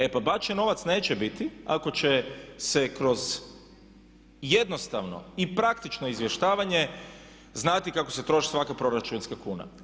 E pa bačen novac neće biti ako će se kroz jednostavno i praktično izvještavanje znati kako se troši svaka proračunska kuna.